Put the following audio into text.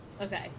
Okay